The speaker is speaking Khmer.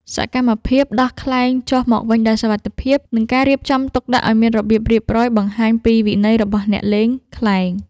សកម្មភាពដោះខ្លែងចុះមកវិញដោយសុវត្ថិភាព និងការរៀបចំទុកដាក់ឱ្យមានរបៀបរៀបរយ បង្ហាញពីវិន័យរបស់អ្នកលេងខ្លែង។